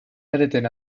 editing